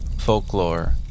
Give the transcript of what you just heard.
folklore